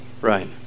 Right